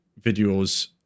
videos